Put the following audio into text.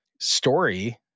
story